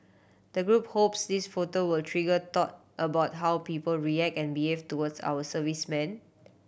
the group hopes these photo will trigger thought about how people react and behave towards our servicemen